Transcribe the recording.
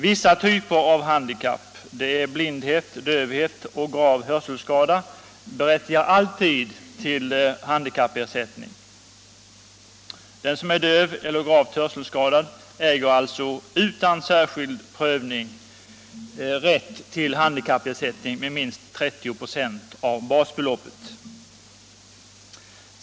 Vissa typer av handikapp — blindhet, dövhet och grav hörselskada — berättigar alltid till handikappersättning. Den som är döv eller gravt hörselskadad äger alltså utan särskild prövning rätt till handikappersättning med minst 30 6 av basbeloppet.